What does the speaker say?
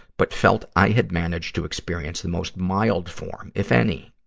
but felt i had managed to experience the most mild form, if any,